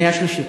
שנייה ושלישית.